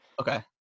Okay